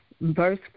verse